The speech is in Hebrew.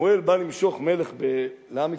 שמואל בא למשוח מלך לעם ישראל,